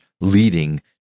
leading